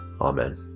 Amen